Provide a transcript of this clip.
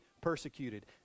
persecuted